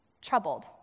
troubled